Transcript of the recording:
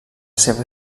seva